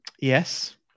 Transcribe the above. yes